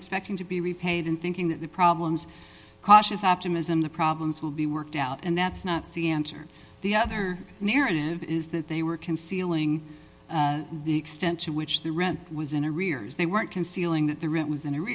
expecting to be repaid in thinking that the problems cautious optimism the problems will be worked out and that's not see answered the other narrative is that they were concealing the extent to which the rent was in a rear they weren't concealing that the root was in